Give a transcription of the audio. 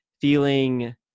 feeling